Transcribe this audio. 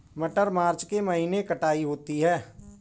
मटर मार्च के महीने कटाई होती है?